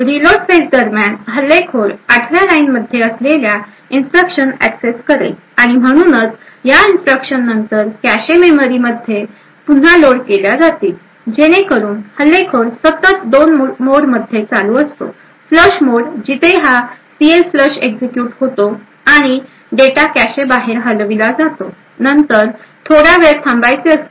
reload phase दरम्यान हल्लेखोर आठव्या लाइन मध्ये असलेल्या इन्स्ट्रक्शन एक्सेस करेल आणि म्हणूनच या इन्स्ट्रक्शन नंतर कॅशे मेमरीमध्ये पुन्हा लोड केल्या जातील जेणेकरून हल्लेखोर सतत 2 मोडमध्ये चालू असतो फ्लॅश मोड जिथे हा सीएलफ्लश एक्झिक्युट होतो आणि डेटा कॅशेबाहेर हलविला जातो नंतर थोडा वेळ थांबायचे असते